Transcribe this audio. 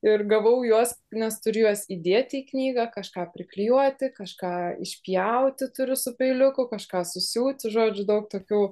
ir gavau juos nes turiu juos įdėti į knygą kažką priklijuoti kažką išpjauti turiu su peiliuku kažką susiūti žodžiu daug tokių